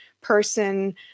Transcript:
person